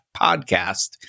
podcast